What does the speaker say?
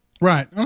Right